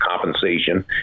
compensation